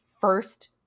first